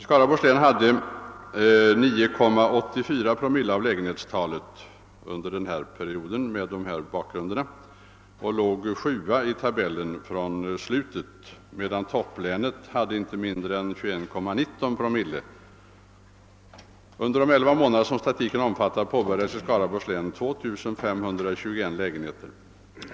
Skaraborgs län hade 9,84 promille av lägenhetsantalet och låg sjua från slutet i länstabellen, medan topplänet hade inte mindre än 21,19 promille. Under de elva månader som statistiken omfattar påbörjades i Skaraborgs län 2521 lägenheter.